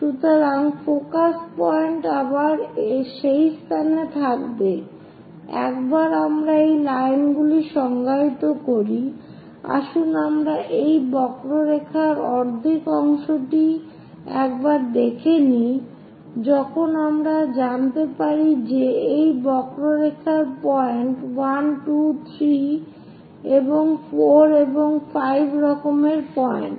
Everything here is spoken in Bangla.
সুতরাং ফোকাস পয়েন্ট আবার সেই স্থানে থাকবে একবার আমরা এই লাইনগুলি সংজ্ঞায়িত করি আসুন আমরা এই বক্ররেখার অর্ধেক অংশটি একবার দেখে নিই যখন আমরা জানতে পারি যে এই বক্ররেখার পয়েন্ট 1 2 3 এবং 4 এবং 5 রকমের পয়েন্ট